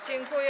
Dziękuję.